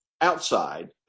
outside